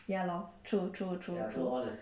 ya lor true true true true